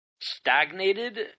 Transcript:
stagnated